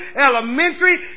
elementary